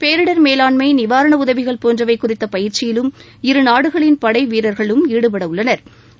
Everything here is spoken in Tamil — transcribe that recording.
பேரிடர் மேலாண்மை நிவாரண உதவிகள் போன்றவை குறித்த பயிற்சியிலும் இருநாடுகளின் படைவீரர்களும் ஈடுபடவுள்ளனா்